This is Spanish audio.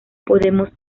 podemos